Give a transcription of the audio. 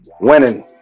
winning